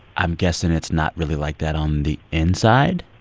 i'm guessing it's not really like that on the inside.